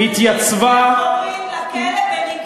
התייצבה, הקוזק הנגזל.